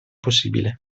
possibile